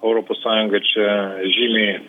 europos sąjunga čia žymiai